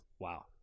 Wow